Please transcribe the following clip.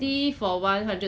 也有这种事 ah